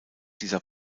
dieser